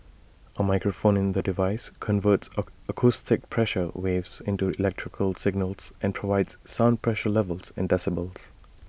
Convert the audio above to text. A microphone in the device converts acoustic pressure waves into electrical signals and provides sound pressure levels in decibels